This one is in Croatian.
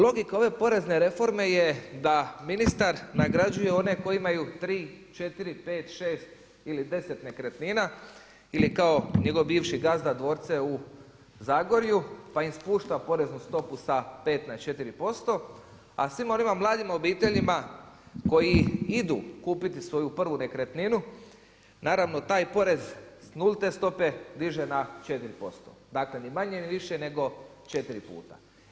Logika ove porezne reforme je da ministar nagrađuje one koji imaju tri, četiri, pet, šest ili deset nekretnina ili kao njegov bivši gazda dvorce u Zagorju pa im spušta poreznu stopu sa 5 na 4%, a svima onima mladim obiteljima koji idu kupiti svoju prvu nekretninu, naravno taj porez s nulte stope diže na 4%, dakle ni manje ni više nego četiri puta.